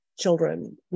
children